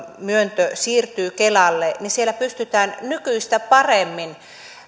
myöntö siirtyy kelalle siellä pystytään nykyistä paremmin